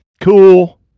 cool